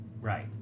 Right